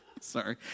Sorry